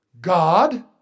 God